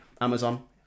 Amazon